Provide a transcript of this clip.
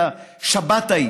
את השבת ההיא,